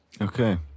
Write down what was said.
Okay